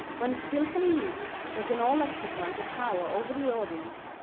when skilfully used, they can all exercise a power over the audience,